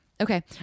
Okay